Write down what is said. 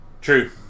true